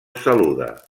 saluda